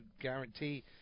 guarantee